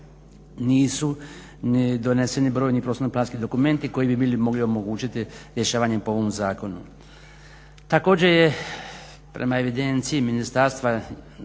nisu doneseni brojni prostorno-planski dokumenti koji bi bili mogli omogućiti rješavanje po ovom zakonu. Također je prema evidenciji ministarstva